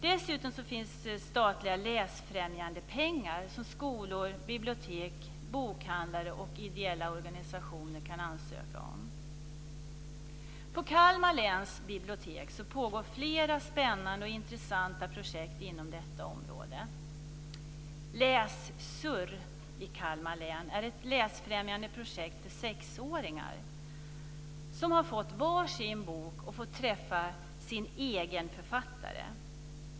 Dessutom finns statliga läsfrämjandepengar som skolor, bibliotek, bokhandlare och ideella organisationer kan ansöka om. På Kalmar Läns Bibliotek pågår flera spännande och intressanta projekt inom detta område. Lässurr i Kalmar län är ett läsfrämjande projekt för sexåringar som har fått var sin bok och fått träffa sin "egen" författare.